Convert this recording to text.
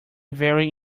vary